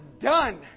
done